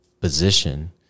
position